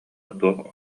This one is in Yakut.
туох